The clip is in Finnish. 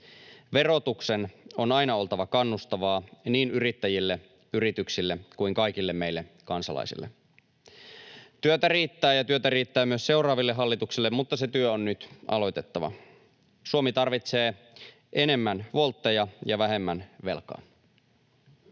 Verotuksen on aina oltava kannustavaa niin yrittäjille, yrityksille kuin kaikille meille kansalaisille. Työtä riittää, ja työtä riittää myös seuraaville hallituksille, mutta se työ on nyt aloitettava. Suomi tarvitsee enemmän wolteja ja vähemmän velkaa.